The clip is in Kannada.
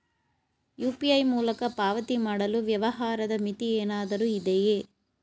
ಯು.ಪಿ.ಐ ಮೂಲಕ ಪಾವತಿ ಮಾಡಲು ವ್ಯವಹಾರದ ಮಿತಿ ಏನಾದರೂ ಇದೆಯೇ?